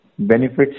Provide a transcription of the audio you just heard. Benefits